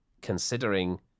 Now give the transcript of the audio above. considering